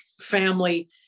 family